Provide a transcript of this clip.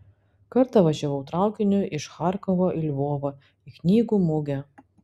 kartą važiavau traukiniu iš charkovo į lvovą į knygų mugę